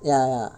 ya ya